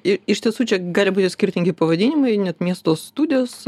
ir iš tiesų čia gali būti skirtingi pavadinimai net miesto studijos